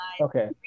Okay